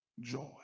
joy